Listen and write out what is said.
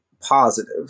positive